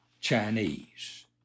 Chinese